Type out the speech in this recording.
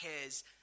cares